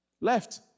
left